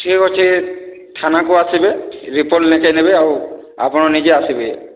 ଠିକ ଅଛି ଥାନାକୁ ଆସିବେ ରିପୋର୍ଟ ଲେଖେଇନେବେ ଆଉ ଆପଣ ନିଜେ ଆସିବେ